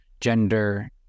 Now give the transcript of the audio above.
gender